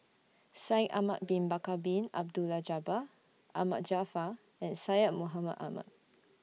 Shaikh Ahmad Bin Bakar Bin Abdullah Jabbar Ahmad Jaafar and Syed Mohamed Ahmed